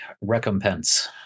recompense